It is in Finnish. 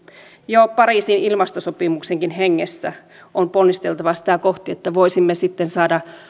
jo pariisin ilmastosopimuksenkin hengessä on ponnisteltava sitä kohti että voisimme sitten saada